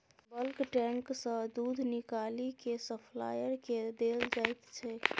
bulk tank सँ दुध निकालि केँ सप्लायर केँ देल जाइत छै